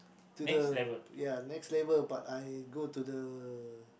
to the ya next level but I go to the